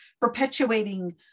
perpetuating